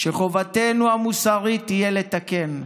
שחובתנו המוסרית תהיה לתקן,